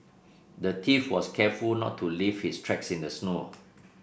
the thief was careful not to leave his tracks in the snow